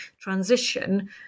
transition